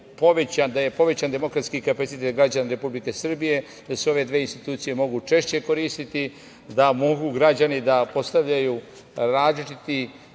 da je povećan demokratski kapacitet građana Republike Srbije, da se ove dve institucije mogu češće koristiti, da mogu građani da postavljaju različita